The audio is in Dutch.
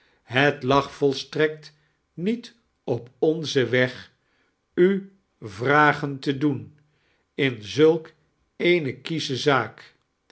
het lag volstrekt niet op onzen weg u vragen tie doen in zulk eene kiesche zaak